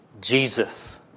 Jesus